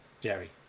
Jerry